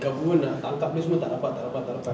government nak tangkap dia semua tak dapat tak dapat tak dapat